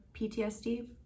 PTSD